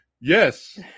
yes